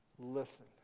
Listen